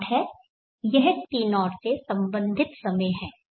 यह T0 से संबंधित समय है